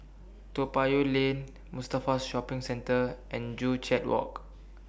Toa Payoh Lane Mustafa Shopping Centre and Joo Chiat Walk